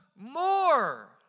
more